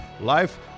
life